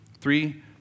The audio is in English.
Three